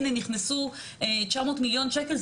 הנה נכנסו 900 מיליון שקל,